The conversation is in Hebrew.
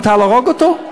מותר להרוג אותו?